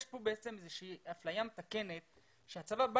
יש כאן איזושהי אפליה מתקנת שהצבא בא